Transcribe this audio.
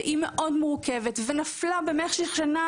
היא נפלה בין הכיסאות במשך שנה